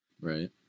Right